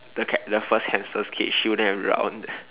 the cat the first hamster's cage she wouldn't have drowned